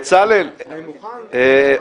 בצלאל,